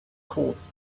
courts